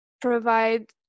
provide